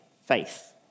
faith